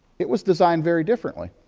it was designed very differently.